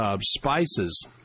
Spices